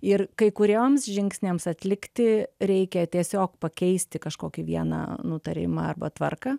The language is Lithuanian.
ir kai kuriems žingsniams atlikti reikia tiesiog pakeisti kažkokį vieną nutarimą arba tvarką